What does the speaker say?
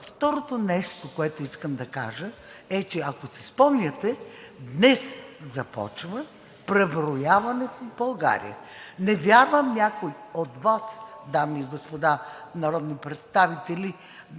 Второто нещо, което искам да кажа, е, че ако си спомняте, че днес започва преброяването в България. Не вярвам някой от Вас, дами и господа народни представители,